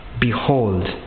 Behold